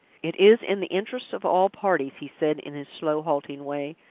it is in the interests of all parties, he said in his slow, halting way,